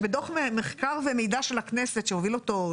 שבדוח מחקר ומידע של הכנסת שהוביל אותו,